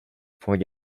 point